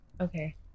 Okay